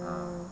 mm